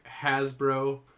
Hasbro